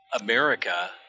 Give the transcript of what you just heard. America